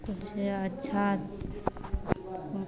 कुछ अच्छा